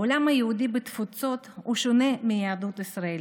העולם היהודי בתפוצות שונה מהיהדות ישראלית.